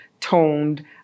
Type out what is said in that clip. toned